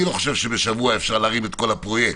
אני לא חושב שבשבוע אפשר להרים את כל הפרויקט,